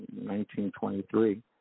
1923